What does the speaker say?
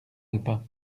alpins